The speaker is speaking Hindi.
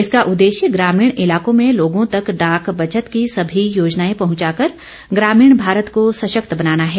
इसका उद्देश्य ग्रामीण इलाकों में लोगों तक डाक बचत की सभी योजनाएं पहुंचा कर ग्रामीण भारत को सशक्त बनाना है